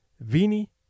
Vini